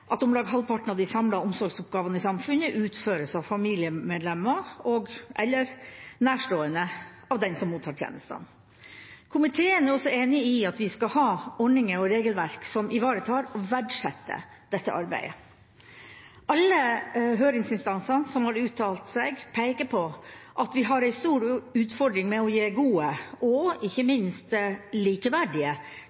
at om lag halvparten av de samlede omsorgsoppgavene i samfunnet utføres av familiemedlemmer og/eller nærstående av den som mottar tjenestene. Komiteen er også enig i at vi skal ha ordninger og regelverk som ivaretar og verdsetter dette arbeidet. Alle høringsinstansene som har uttalt seg, peker på at vi har en stor utfordring med å gi gode og ikke